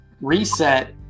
reset